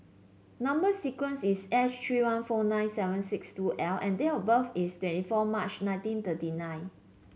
number sequence is S three one four nine seven six two L and date of birth is twenty four March nineteen thirty nine